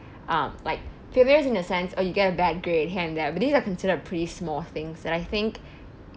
um like failures in the sense oh you get bad grade here and there but these are considered pretty small things that I think